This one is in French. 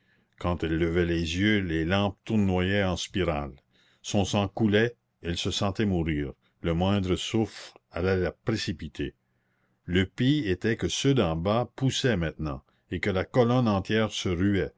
quand elle levait les yeux les lampes tournoyaient en spirale son sang coulait elle se sentait mourir le moindre souffle allait la précipiter le pis était que ceux d'en bas poussaient maintenant et que la colonne entière se ruait